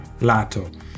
LATO